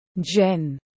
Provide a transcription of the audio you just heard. Jen